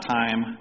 time